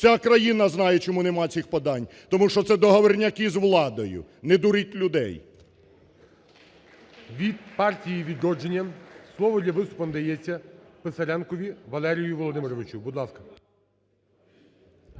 Вся країна знає, чому нема цих подань, – тому що це договорняки з владою. Не дуріть людей.